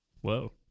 Whoa